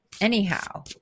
anyhow